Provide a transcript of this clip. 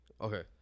Okay